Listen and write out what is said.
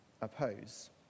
oppose